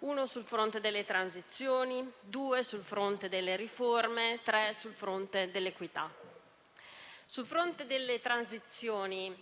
è il fronte delle transizioni, il secondo è il fronte delle riforme, il terzo è il fronte dell'equità. Sul fronte delle transizioni,